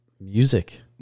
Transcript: music